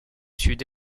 sud